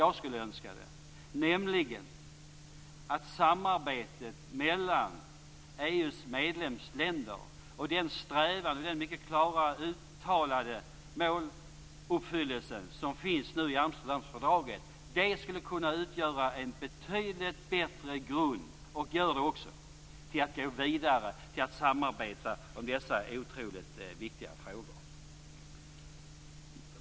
Jag skulle vilja att samarbetet mellan EU:s medlemsländer, och den mycket klara och uttalade strävan mot måluppfyllelse som finns i Amsterdamfördraget skulle kunna utgöra - och utgör - en betydligt bättre grund för att gå vidare och samarbeta om dessa otroligt viktiga frågor.